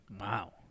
Wow